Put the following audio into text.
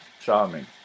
charming